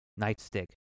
nightstick